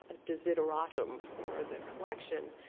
ah desideratum for the collection.